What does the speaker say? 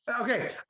Okay